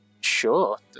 Sure